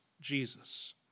Jesus